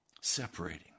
separating